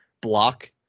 block